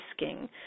risking